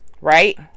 right